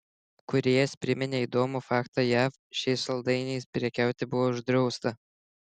kūrėjas priminė įdomų faktą jav šiais saldainiais prekiauti buvo uždrausta